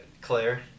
Claire